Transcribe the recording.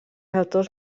autors